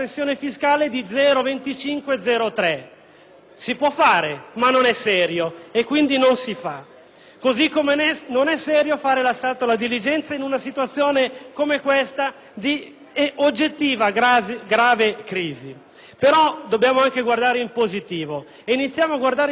Così come non è serio l'assalto alla diligenza in una situazione come questa, di oggettiva grave crisi. Dobbiamo però guardare anche in positivo; e iniziamo a farlo con due considerazioni di fondo. Abbiamo tutti una grossa opportunità